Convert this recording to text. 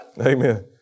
Amen